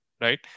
right